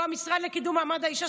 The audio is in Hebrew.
לא המשרד לקידום מעמד האישה,